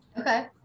Okay